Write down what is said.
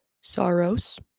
Saros